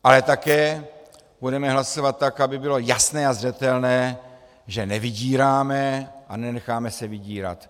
Ale také budeme hlasovat tak, aby bylo jasné a zřetelné, že nevydíráme a nenecháme se vydírat.